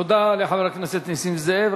תודה לחבר הכנסת נסים זאב.